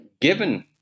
given